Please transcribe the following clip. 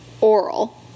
oral